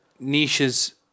Niches